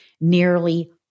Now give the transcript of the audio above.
nearly